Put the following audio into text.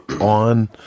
on